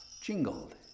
jingled